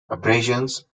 abrasions